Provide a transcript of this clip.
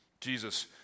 Jesus